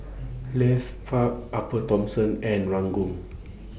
Leith Park Upper Thomson and Ranggung